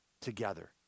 together